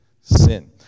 sin